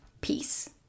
peace